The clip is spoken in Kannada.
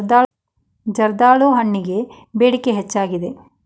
ಜರ್ದಾಳು ಹಣ್ಣಗೆ ಬೇಡಿಕೆ ಹೆಚ್ಚಾಗಿದೆ